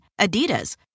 Adidas